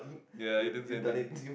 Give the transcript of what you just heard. ya he didn't say anything